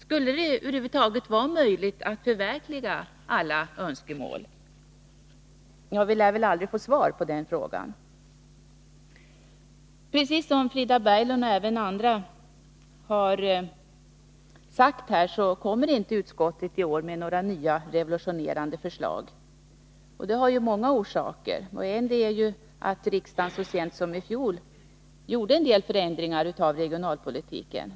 Skulle det över huvud taget vara möjligt att förverkliga alla önskemål? Tyvärr lär vi inte få svar på den frågan. Precis som Frida Berglund och även andra redan har sagt kommer utskottet i år inte med några revolutionerande förslag. Det har flera orsaker. En är att riksdagen så sent som i fjol beslöt om en del förändringar av regionalpolitiken.